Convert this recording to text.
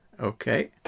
Okay